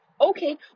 okay